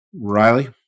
Riley